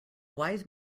wise